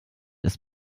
ist